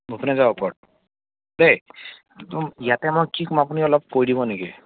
ভূপেন হাজৰিকাৰ ওপৰত দেই ইয়াতে মই কি ক'ম আপুনি অলপ কৈ দিব নেকি